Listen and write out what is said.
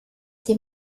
die